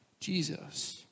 Jesus